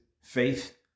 faith